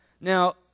Now